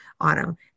autumn